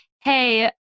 hey